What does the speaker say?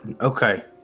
Okay